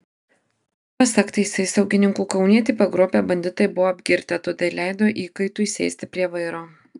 pasak teisėsaugininkų kaunietį pagrobę banditai buvo apgirtę todėl leido įkaitui sėsti prie vairo